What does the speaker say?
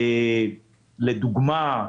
לדוגמה,